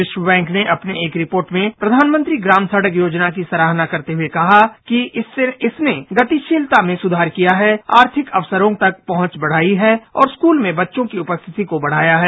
विश्व बैंक ने अपनी एक रिपोर्ट में प्रधानमंत्री ग्राम सड़क योजना की सराहना करते हुए कहा कि इससे इसने गतिशीलता में सुधार किया है आर्थिक अवसरों तक पहुंच बढ़ायी है और स्कूल में बच्चों की उपस्थिति को बढ़ाया है